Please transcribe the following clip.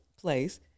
place